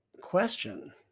question